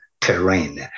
terrain